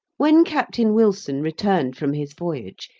when captain wilson returned from his voyage,